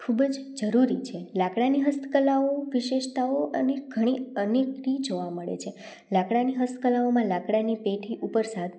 ખૂબ જ જરૂરી છે લાકડાંની હસ્તકળાઓ વિશેષતાઓ અને ઘણી અનેક ટી જોવા મળે છે લાકડાંની હસ્તકળાઓમાં લાકડાંની પેટી ઉપર